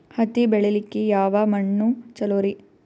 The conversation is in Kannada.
ಹತ್ತಿ ಬೆಳಿಲಿಕ್ಕೆ ಯಾವ ಮಣ್ಣು ಚಲೋರಿ?